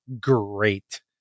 great